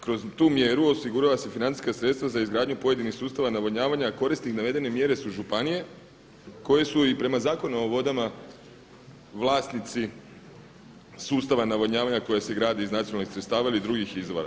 Kroz tu mjeru osiguravaju se financijska sredstva za izgradnju pojedinih sustava navodnjavanja a koristi navedene mjere su županije koje su i prema Zakonu o vodama vlasnici sustava navodnjavanja koje se gradi iz nacionalnih sredstava ili drugih izvora.